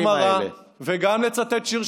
לכנות את השר במילים האלה.